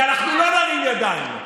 כי אנחנו לא נרים ידיים.